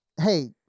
hey